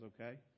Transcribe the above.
okay